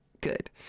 good